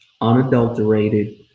unadulterated